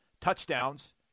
touchdowns